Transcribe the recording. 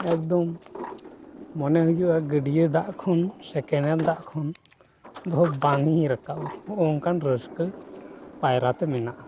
ᱮᱠᱫᱚᱢ ᱢᱚᱱᱮ ᱦᱩᱭᱩᱜᱼᱟ ᱜᱟᱹᱰᱭᱟᱹ ᱫᱟᱜ ᱠᱷᱚᱱ ᱥᱮ ᱠᱮᱱᱮᱞ ᱫᱟᱜ ᱠᱷᱚᱱ ᱫᱚ ᱵᱟᱝ ᱤᱧ ᱨᱟᱠᱟᱵᱽᱼᱟ ᱦᱚᱜᱚᱝᱠᱟᱱ ᱨᱟᱹᱥᱠᱟᱹ ᱯᱟᱭᱨᱟ ᱛᱮ ᱢᱮᱱᱟᱜᱼᱟ